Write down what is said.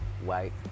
white